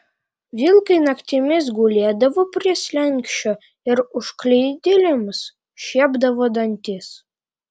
vilkai naktimis gulėdavo prie slenksčio ir užklydėliams šiepdavo dantis